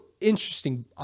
interesting